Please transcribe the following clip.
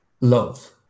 love